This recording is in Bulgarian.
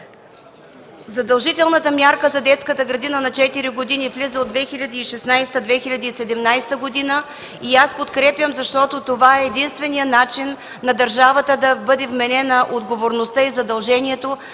Задължителната мярка за детската градина на 4 години влиза от 2016-2017 г. Аз подкрепям, защото това е единственият начин на държавата да бъде вменена отговорността и задължението